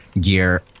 gear